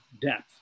depth